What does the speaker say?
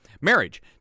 marriage